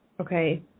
Okay